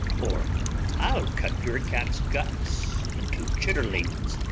or i'll cut your cat's guts into chitterlings.